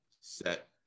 set